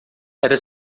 era